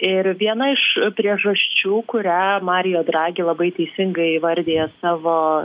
ir viena iš priežasčių kurią marija dragi labai teisingai įvardija savo